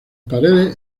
paredes